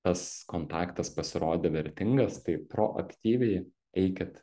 tas kontaktas pasirodė vertingas tai proaktyviai eikit